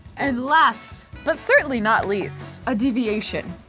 and last but certainly not least, a deviation,